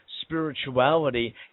spirituality